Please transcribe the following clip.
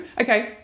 Okay